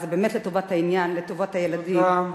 זה באמת לטובת העניין, לטובת הילדים, תודה.